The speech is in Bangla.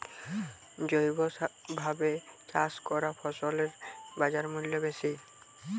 জৈবভাবে চাষ করা ফসলের বাজারমূল্য বেশি